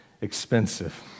expensive